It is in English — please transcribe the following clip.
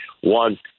One